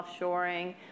offshoring